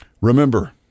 Remember